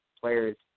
players